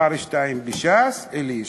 מספר שתיים בש"ס, אלי ישי.